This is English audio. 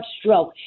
stroke